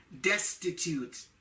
destitute